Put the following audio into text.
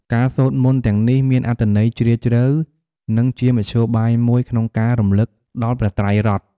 ការសូត្រមន្តទាំងនេះមានអត្ថន័យជ្រាលជ្រៅ និងជាមធ្យោបាយមួយក្នុងការរំឭកដល់ព្រះត្រៃរតន៍។